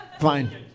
Fine